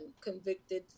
convicted